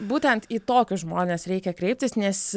būtent į tokius žmones reikia kreiptis nes